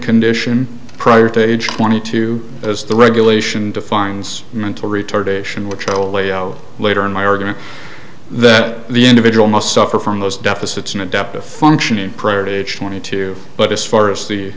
condition prior to age twenty two as the regulation defines mental retardation which are alayo later in my argument that the individual must suffer from those deficits in adaptive functioning prior to age twenty two but as far as the